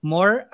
More